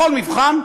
בכל מבחן,